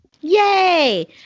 Yay